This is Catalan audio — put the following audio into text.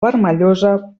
vermellosa